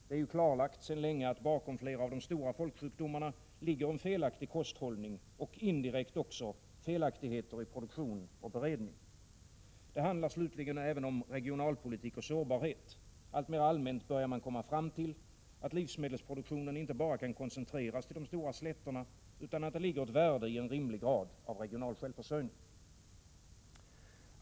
Det är klarlagt sedan länge, att bakom flera av de stora folksjukdomarna ligger en felaktig kosthållning och — indirekt — också felaktigheter vid produktion och beredning. Det handlar slutligen även om regionalpolitik och sårbarhet: Alltmer allmänt börjar man komma fram till att livsmedelsproduktion inte bara kan koncentreras till de stora slätterna utan att det ligger ett värde i en rimlig grad av regional självförsörjning.